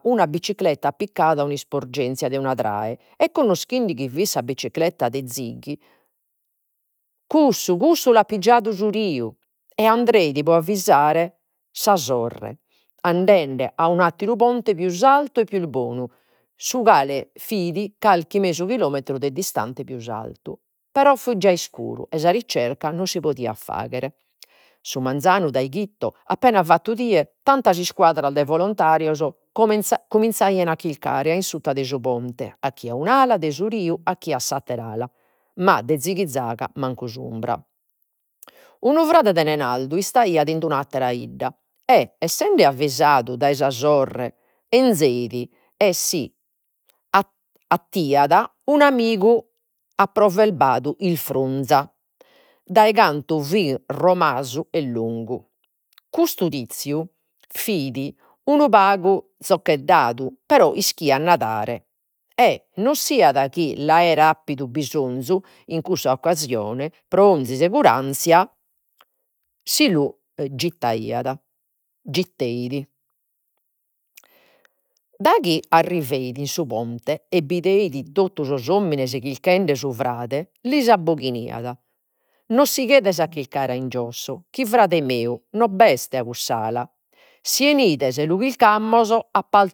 Una bicicletta appiccada a un'isporgenzia de una trae, e connoschinde chi fidi sa bicicletta de Zighi. cuscus cussu l'at pijadu su riu. E pro avvisare sa sorre, andende a un'atteru ponte pius artu e pius bonu, su cale fit carchi mesu chilometru de distante pius in altu. Però fit già iscuru ei sa ricerca non si podiat faghere. Su manzanu, dai chito, appenas fattu die, tantas iscuadras de volontarios cominzaian a chilcare a in sutta de su ponte, a chie a un'ala de su riu, a chie a s'attera ala, ma de zighizaga mancu s'umbra. Un frade de Nenardu istaiat in un'attera 'idda e, essende avvisadu dae sa sorre, 'enzeit e si attiat un'amigu approverzadu isfrunza, dae cantu fit romasu e longu. Custu tiziu fit unu pagu zoccheddadu, però ischiat nadare, e non siat chi l'aeret appidu bisonzu in cussa occasione, pro 'onzi seguranzia si lu gitteit. Daghi arriveit in su ponte e bideit totu sos omines chirchende su frade, lis abboghiaiat. No sighedas a chilcare a in giosso, chi frade meu no a b'est a cuss'ala, si 'enides lu chilcamos a pal